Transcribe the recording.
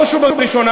בראש ובראשונה,